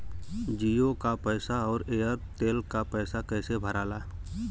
जीओ का पैसा और एयर तेलका पैसा कैसे भराला?